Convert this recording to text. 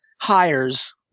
hires